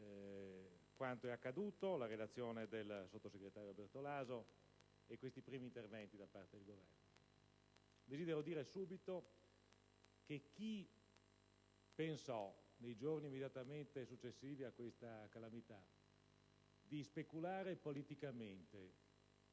quanto è accaduto, la relazione del Sottosegretario e questi primi interventi da parte del Governo. Desidero dire subito che chi pensò, nei giorni immediatamente successivi a questa calamità, di speculare politicamente